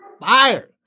fire